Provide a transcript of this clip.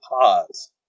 pause